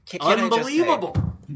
Unbelievable